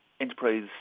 enterprise